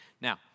now